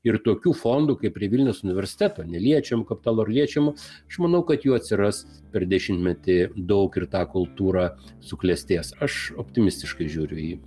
ir tokių fondų kaip prie vilniaus universiteto neliečiamo kapitalo ar liečiamo aš manau kad jų atsiras per dešimtmetį daug ir ta kultūra suklestės aš optimistiškai žiūriu į